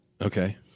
Okay